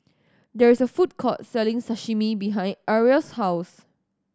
there is a food court selling Sashimi behind Ariella's house